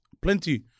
plenty